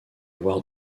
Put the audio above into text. avoir